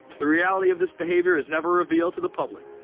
the reality of this behavior is never revealed to the public.